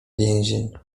więzień